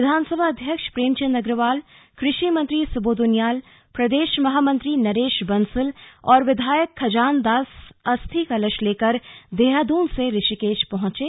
विधानसभा अध्यक्ष प्रेमचंद अग्रवाल कृषि मंत्री सुबोध उनियाल प्रदेश महामंत्री नरेश बंसल और विधायक खजान दास अस्थि कलश लेकर देहरादून से ऋषिकेश पहुंचे